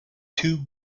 two